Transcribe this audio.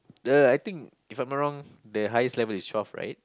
the I think if I'm not wrong the highest level is twelve right